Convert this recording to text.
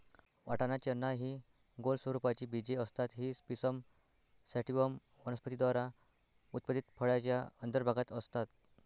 वाटाणा, चना हि गोल स्वरूपाची बीजे असतात ही पिसम सॅटिव्हम वनस्पती द्वारा उत्पादित फळाच्या अंतर्भागात असतात